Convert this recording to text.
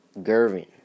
Gervin